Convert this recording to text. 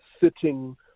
sitting